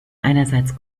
einerseits